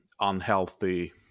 unhealthy